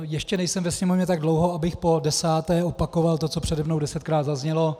Ještě nejsem ve Sněmovně tak dlouho, abych podesáté opakoval to, co přede mnou desetkrát zaznělo.